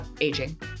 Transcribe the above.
aging